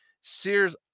Sears